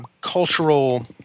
cultural